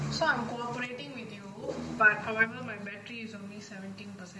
so I'm cooperating with you but however my battery is only seventeen percent